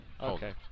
Okay